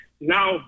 now